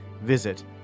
Visit